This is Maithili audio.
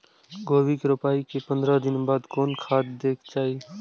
गोभी के रोपाई के पंद्रह दिन बाद कोन खाद दे के चाही?